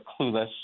clueless